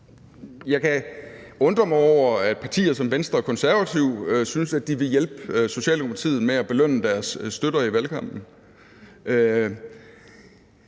jeg kan undre mig over, at partier som Venstre og De Konservative synes, at de vil hjælpe Socialdemokratiet med at belønne deres støtter i valgkampen,